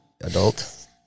adult